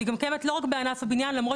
והיא לא רק קיימת בענף הבניין למרות